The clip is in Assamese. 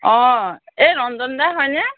অঁ এই ৰঞ্জনদা হয়নে